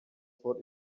for